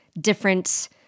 different